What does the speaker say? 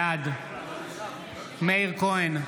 בעד מאיר כהן,